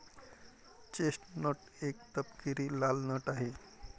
chestnut एक तपकिरी लाल नट आहे